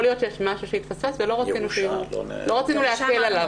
יכול להיות שיש משהו שהתפספס ולא רצינו להקל עליו.